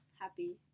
Happy